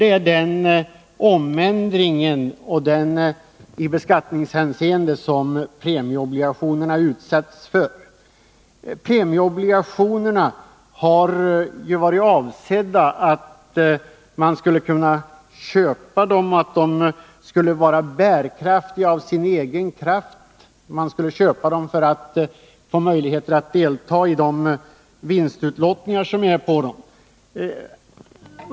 Det gäller den ändring i beskattningshänseende som premieobligationerna utsätts för. Avsikten har varit att premieobligationerna skulle vara bärkraftiga av sig själva. Man skulle köpa dem för att få möjlighet att delta i vinstutlottningar.